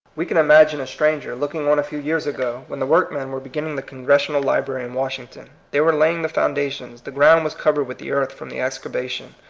we can imagine a stranger looking on a few years ago when the workmen were beginning the congres sional library in washington. they were laying the foundations the ground was covered with the earth from the excavation.